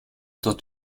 dort